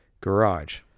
garage